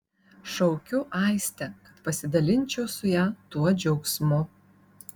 šaukiu aistę kad pasidalinčiau su ja tuo džiaugsmu